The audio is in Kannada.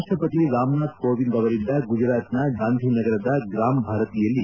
ರಾಪ್ಲಪತಿ ರಾಮನಾಥ್ ಕೋವಿಂದ್ ಅವರಿಂದ ಗುಜರಾತಿನ ಗಾಂಧಿನಗರದ ಗ್ರಾಮ್ಭಾರತಿಯಲ್ಲಿ